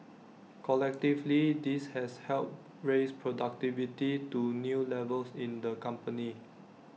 collectively this has helped raise productivity to new levels in the company